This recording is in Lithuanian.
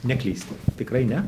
neklysti tikrai ne